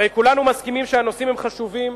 הרי כולנו מסכימים שהנושאים הם חשובים,